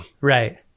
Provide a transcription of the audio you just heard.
Right